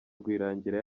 rwirangira